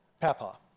Papa